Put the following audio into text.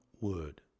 word